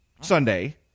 Sunday